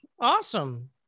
awesome